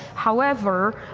however,